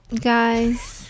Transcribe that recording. guys